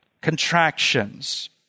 Contractions